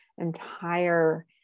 entire